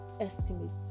estimate